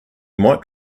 might